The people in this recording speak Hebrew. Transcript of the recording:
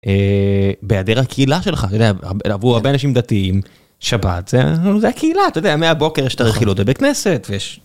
בהעדר הקהילה שלך, לברור הרבה אנשים דתיים, שבת, זה הקהילה, אתה יודע, מהבוקר יש את הרכילות בבית בכנסת ויש...